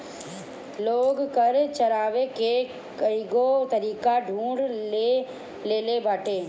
लोग कर चोरावे के कईगो तरीका ढूंढ ले लेले बाटे